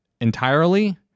entirely